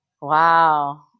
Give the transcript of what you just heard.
Wow